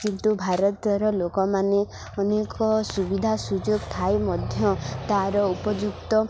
କିନ୍ତୁ ଭାରତର ଲୋକମାନେ ଅନେକ ସୁବିଧା ସୁଯୋଗ ଥାଇ ମଧ୍ୟ ତାର ଉପଯୁକ୍ତ